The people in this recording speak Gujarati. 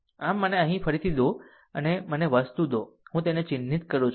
આમ અહીં મને ફરીથી દો મને આ વસ્તુ દો હું તેને ચિહ્નિત કરું છું